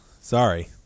sorry